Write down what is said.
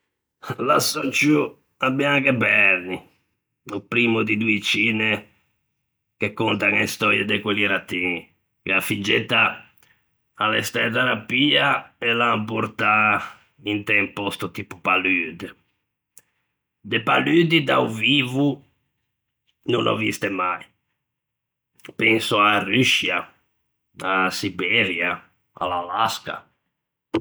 L'assòcio à Bianca e Bernie, o primmo di doî cine che contan e stöie de quelli rattin, che a figgetta a l'é stæta rapia e l'an portâ int'un pòsto tipo palude; de paludi da-o vivo no n'ò viste mai; penso a-a Ruscia, a-a Siberia, à l'Alaska.